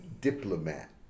diplomat